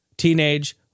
Teenage